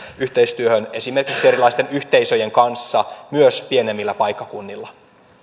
yhteistyöhön esimerkiksi erilaisten yhteisöjen kanssa myös pienemmillä paikkakunnilla